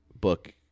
book